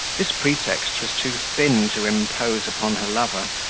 this pretext was too thin to impose upon her lover,